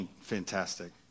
Fantastic